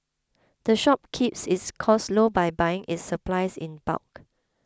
the shop keeps its costs low by buying its supplies in bulk